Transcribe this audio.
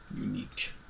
...unique